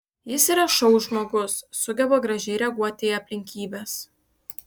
jis yra šou žmogus sugeba gražiai reaguoti į aplinkybes